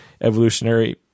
evolutionary